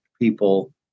people